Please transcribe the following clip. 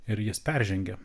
ir jis peržengė